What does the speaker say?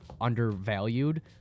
undervalued